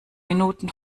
minuten